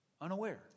unaware